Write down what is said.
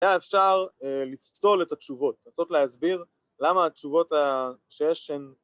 ‫היה אפשר לפסול את התשובות, ‫לנסות להסביר למה התשובות ה.. שיש הם...